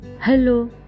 hello